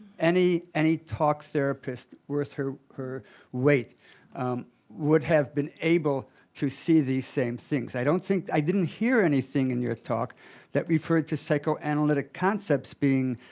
any any talk therapist worth her her weight would have been able to see these same things. i don't think i didn't hear anything in your talk that referred to psychoanalytic concepts being